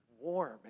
warm